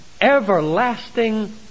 Everlasting